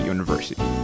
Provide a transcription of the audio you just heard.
University